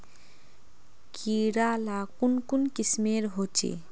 कीड़ा ला कुन कुन किस्मेर होचए?